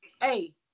hey